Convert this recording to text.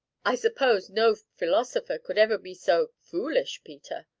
i suppose no philosopher could ever be so foolish, peter?